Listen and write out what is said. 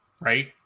Right